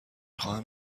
خواهم